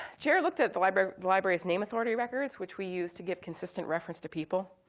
jer looked at the library's the library's name authority records, which we use to give consistent reference to people.